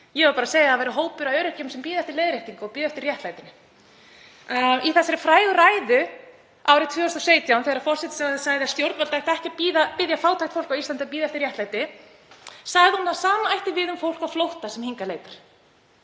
Ég var bara að segja að það væri hópur af öryrkjum sem biði eftir leiðréttingu og biði eftir réttlætinu. Í þessari frægu ræðu árið 2017, þegar forsætisráðherra sagði að stjórnvöld ættu ekki að biðja fátækt fólk á Íslandi um að bíða eftir réttlæti, sagði hún að það sama ætti við um fólk á flótta sem hingað leitar.